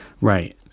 Right